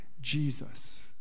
Jesus